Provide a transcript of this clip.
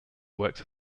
works